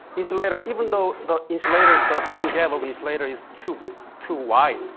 insulator even though the insulator the band gap of insulator is too too wide,